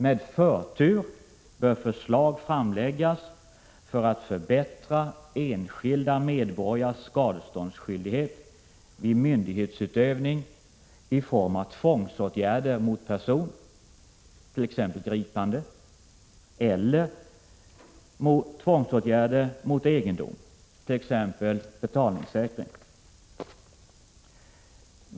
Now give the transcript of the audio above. Med förtur bör förslag framläggas för att förbättra enskilda medborgares skadeståndsskydd vid myndighetsutövning i form av tvångsåtgärder mot person, t.ex. gripande, eller mot egendom, t.ex. betalningssäkring.